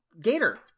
Gator